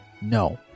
No